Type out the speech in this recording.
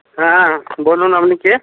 হ্যাঁ বলুন আপনি কে